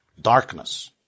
darkness